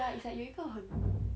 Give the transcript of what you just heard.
ya it's like 有一个很